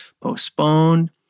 postponed